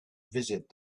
visit